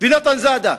ונתן זאדה.